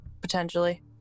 potentially